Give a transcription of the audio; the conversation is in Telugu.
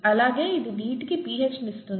అలాగే ఇది నీటికి pH ఇస్తుంది